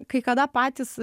kai kada patys